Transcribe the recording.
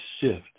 shift